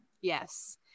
yes